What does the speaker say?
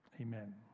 Amen